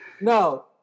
No